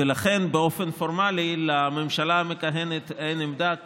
ולכן באופן פורמלי לממשלה המכהנת אין עמדה,